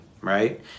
right